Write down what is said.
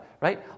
right